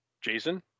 jason